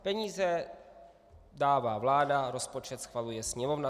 Peníze dává vláda, rozpočet schvaluje Sněmovna.